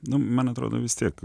na man atrodo vis tiek